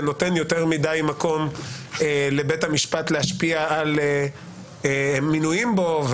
ונותן יותר מדי מקום לבית המשפט להשפיע על מינויים בו,